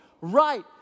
right